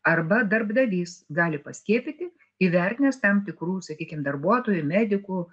arba darbdavys gali paskiepyti įvertinęs tam tikrų sakykim darbuotojų medikų